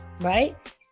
right